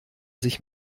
sich